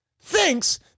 thinks